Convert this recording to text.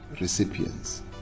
recipients